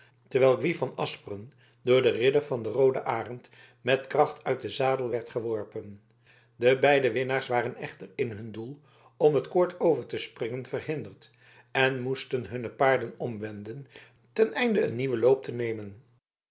terwijl gwy van asperen door den ridder van den rooden arend met kracht uit den zadel werd geworpen de beide winnaars waren echter in hun doel om het koord over te springen verhinderd en moesten hunne paarden omwenden ten einde een nieuwen loop te nemen